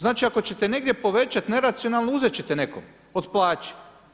Znači ako ćete negdje povećati neracionalno uzet ćete nekom od plaće.